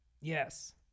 Yes